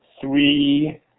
three